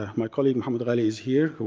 ah my colleague mohammed ghaly is here,